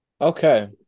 Okay